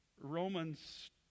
Romans